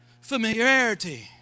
Familiarity